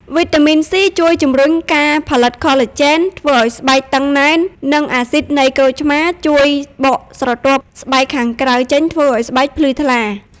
វីតាមីន សុី (C) ជួយជំរុញការផលិតកូឡាជែន ធ្វើឲ្យស្បែកតឹងណែន ហើយអាស៊ីដនៃក្រូចឆ្មារជួយបកស្រទាប់ស្បែកខាងក្រៅចេញ ធ្វើឲ្យស្បែកភ្លឺថ្លា។